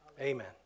Amen